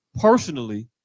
personally